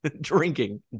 Drinking